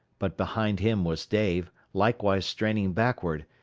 but behind him was dave, likewise straining backward,